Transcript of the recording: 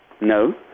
No